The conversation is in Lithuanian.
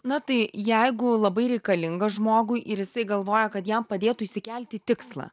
na tai jeigu labai reikalinga žmogui ir jisai galvoja kad jam padėtų išsikelti tikslą